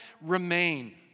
remain